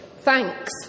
thanks